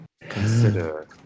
consider